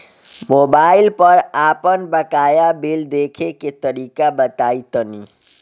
Mobile पर आपन बाकाया बिल देखे के तरीका बताईं तनि?